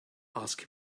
ask